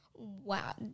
Wow